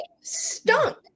stunk